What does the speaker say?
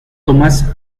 tomás